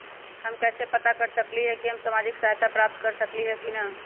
हम कैसे पता कर सकली ह की हम सामाजिक सहायता प्राप्त कर सकली ह की न?